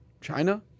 China